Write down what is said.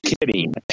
kidding